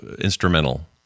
instrumental